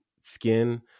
skin